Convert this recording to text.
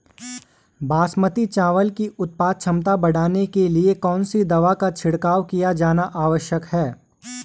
बासमती चावल की उत्पादन क्षमता बढ़ाने के लिए कौन सी दवा का छिड़काव किया जाना आवश्यक है?